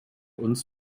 uns